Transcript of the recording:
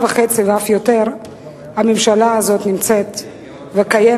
וחצי ואף יותר הממשלה הזאת נמצאת וקיימת,